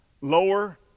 Lower